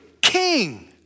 king